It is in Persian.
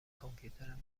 کامپیوترم